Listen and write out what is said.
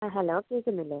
ആ ഹലോ കേൾക്കുന്നില്ലേ